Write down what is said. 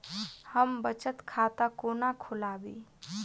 हम बचत खाता कोना खोलाबी?